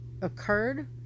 occurred